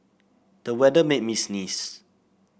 the weather made me sneeze